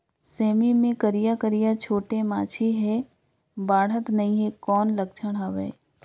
सेमी मे करिया करिया छोटे माछी हे बाढ़त नहीं हे कौन लक्षण हवय?